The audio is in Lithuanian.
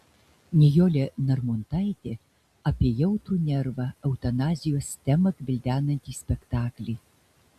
nijolė narmontaitė apie jautrų nervą eutanazijos temą gvildenantį spektaklį